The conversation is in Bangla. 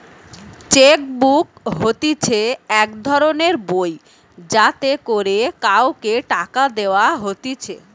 চেক বুক হতিছে এক ধরণের বই যাতে করে কাওকে টাকা দেওয়া হতিছে